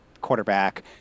quarterback